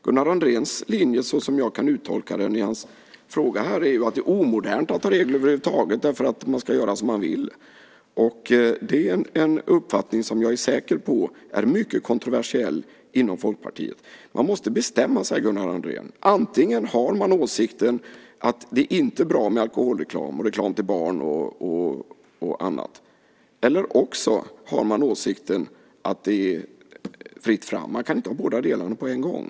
Gunnar Andréns linje, såsom jag kan uttolka den i hans fråga här, är att det är omodernt att ha regler över huvud taget. Man ska göra som man vill. Det är en uppfattning som jag är säker på är mycket kontroversiell inom Folkpartiet. Man måste bestämma sig, Gunnar Andrén. Antingen har man åsikten att det inte är bra med alkoholreklam, reklam till barn och annat eller också har man åsikten att det är fritt fram. Man kan inte ha båda delarna på en gång.